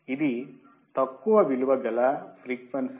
ఇది తక్కువ విలువ గల ఫ్రీక్వెన్సీలను పాస్ చేస్తుంది అని అర్థం